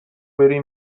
بری